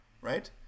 right